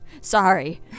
Sorry